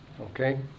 okay